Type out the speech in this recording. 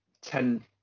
ten